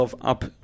up